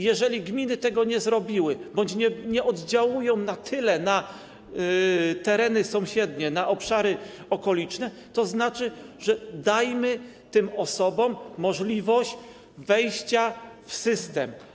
Jeżeli gminy tego nie zrobiły bądź nie oddziałują na tyle na tereny sąsiednie, na obszary okoliczne, to znaczy, że dajmy tym osobom możliwość wejścia w system.